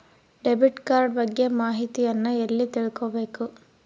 Debit card ಬಗ್ಗೆ ಮಾಹಿತಿಯನ್ನ ಎಲ್ಲಿ ತಿಳ್ಕೊಬೇಕು?